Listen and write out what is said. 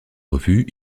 revue